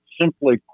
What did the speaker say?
simply